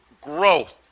growth